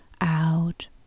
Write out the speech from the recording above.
out